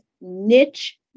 niche